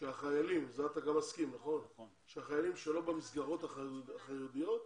שהחיילים ולזה אתה גם מסכים שלא במסגרות החרדיות,